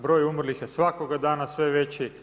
Broj umrlih je svakoga dana sve veći.